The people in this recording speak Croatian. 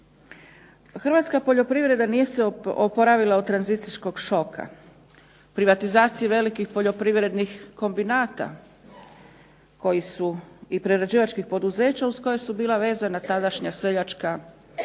Hrvatska poljoprivreda nije se oporavila od tranzicijskog šoka, privatizacije velikih poljoprivrednih kombinata koji su i prerađivačkih poduzeća uz koje su bila vezana tadašnja seljačka